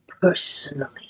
personally